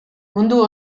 mundu